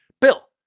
Bill